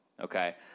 Okay